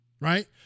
right